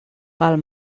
pel